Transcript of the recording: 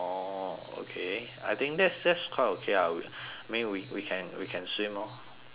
okay I think that's that's quite okay ah I mean we we can we can swim lor that this way